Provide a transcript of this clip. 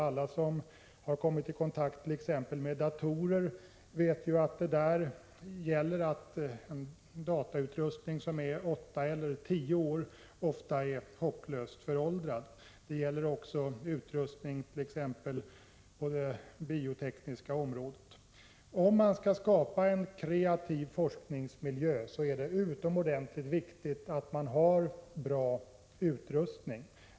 Alla som har kommit i kontakt med t.ex. datorer vet ju att datautrustning som är åtta till tio år gammal ofta anses vara hopplöst föråldrad. Det gäller också utrustning på t.ex. bioteknikens område. Om man skall skapa en kreativ forskningsmiljö är det utomordentligt viktigt att man har bra utrustning.